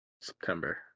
September